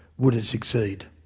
would it succeed?